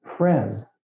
Friends